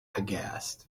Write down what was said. aghast